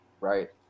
right